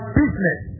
business